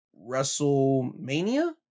Wrestlemania